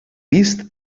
vist